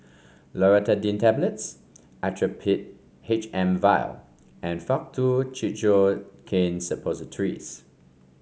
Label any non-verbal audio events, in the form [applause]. Loratadine Tablets [noise] Actrapid H M vial and Faktu Cinchocaine Suppositories